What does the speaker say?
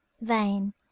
vain